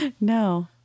no